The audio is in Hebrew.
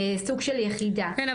סוג של יחידה --- כן,